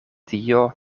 dio